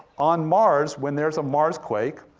on mars, when there's a marsquake,